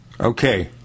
Okay